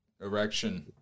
erection